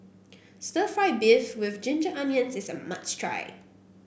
Stir Fried Beef with Ginger Onions is a must try